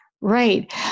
Right